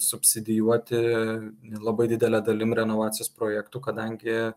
subsidijuoti labai didele dalim renovacijos projektų kadangi